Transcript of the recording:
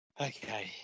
Okay